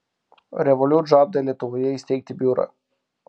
revolut žada lietuvoje įsteigti biurą